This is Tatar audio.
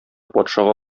патшага